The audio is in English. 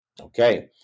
Okay